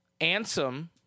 Ansem